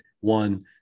One